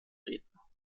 redner